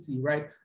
right